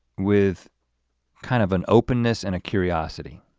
with kind of an openness and a curiosity.